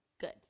good